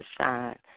shine